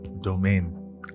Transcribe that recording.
domain